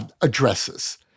addresses